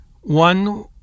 one